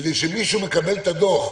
כדי שמי שמקבל את הדוח,